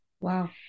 Wow